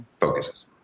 focuses